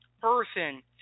person